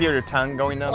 your your tongue going numb